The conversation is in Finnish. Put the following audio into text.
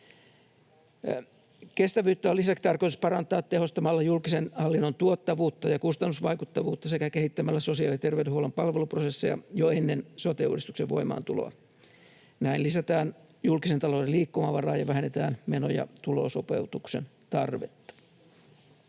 Kestävyyttä on lisäksi tarkoitus parantaa tehostamalla julkisen hallinnon tuottavuutta ja kustannusvaikuttavuutta sekä kehittämällä sosiaali‑ ja terveydenhuollon palveluprosesseja jo ennen sote-uudistuksen voimaantuloa. Näin lisätään julkisen talouden liikkumavaraa ja vähennetään meno‑ ja tulosopeutuksen tarvetta.